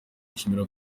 nishimira